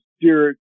spirit